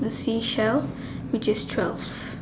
seashells which is twelve